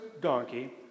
donkey